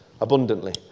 abundantly